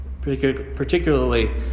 particularly